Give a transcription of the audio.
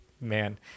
man